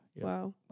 Wow